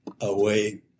away